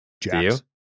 Jax